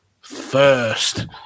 first